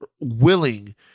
willing